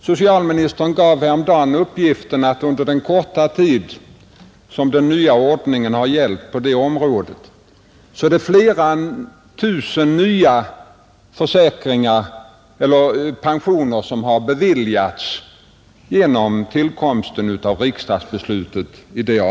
Socialministern lämnade häromdagen uppgiften att under den korta tid som den nya ordningen gällt på det här området har flera tusen nya pensioner beviljats, alltså efter tillkomsten av det riksdagsbeslutet.